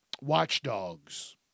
Watchdogs